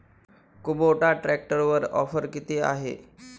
Kubota ट्रॅक्टरवर offer किती आहे?